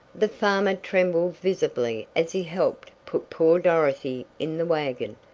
the farmer trembled visibly as he helped put poor dorothy in the wagon.